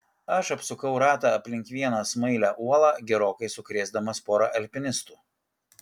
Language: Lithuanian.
aš apsukau ratą aplink vieną smailią uolą gerokai sukrėsdamas porą alpinistų